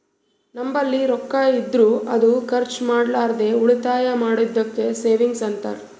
ನಂಬಲ್ಲಿ ರೊಕ್ಕಾ ಇದ್ದುರ್ ಅದು ಖರ್ಚ ಮಾಡ್ಲಾರ್ದೆ ಉಳಿತಾಯ್ ಮಾಡದ್ದುಕ್ ಸೇವಿಂಗ್ಸ್ ಅಂತಾರ